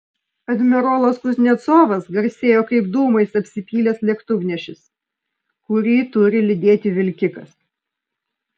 admirolas kuznecovas garsėjo kaip dūmais apsipylęs lėktuvnešis kurį turi lydėti vilkikas